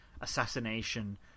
assassination